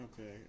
Okay